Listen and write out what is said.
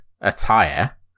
attire